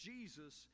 Jesus